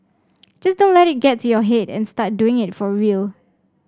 just don't let it get to your head and start doing it for real